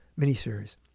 miniseries